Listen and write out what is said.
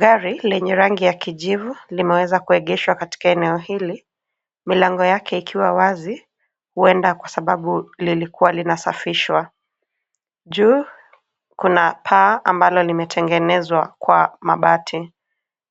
Gari lenye rangi ya kijivu limeweza kuegeshwa katika eneo hili milango yake ikiwa wazi huenda kwa sababu lilikuwa linasafishwa. Juu kuna paa ambalo limetengenezwa kwa mabati.